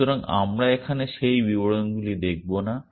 সুতরাং আমরা এখানে সেই বিবরণগুলি দেখব না